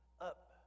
up